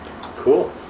cool